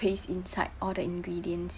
paste inside all the ingredients